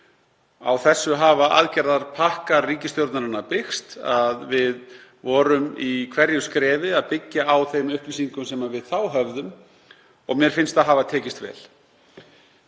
Á þessu hafa aðgerðapakkar ríkisstjórnarinnar byggst, að við vorum í hverju skrefi að byggja á þeim upplýsingum sem við þá höfðum, og mér finnst það hafa tekist vel.